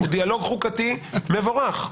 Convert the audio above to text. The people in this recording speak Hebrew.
הוא דיאלוג חוקתי מבורך,